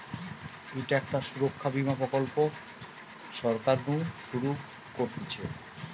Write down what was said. ইটা একটা সুরক্ষা বীমা প্রকল্প সরকার নু শুরু করতিছে